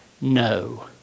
No